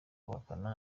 guhakana